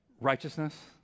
Righteousness